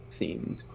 themed